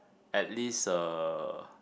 at least uh